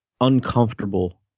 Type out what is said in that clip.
uncomfortable